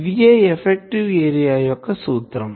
ఇదియే effective area యొక్క సూత్రం